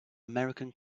american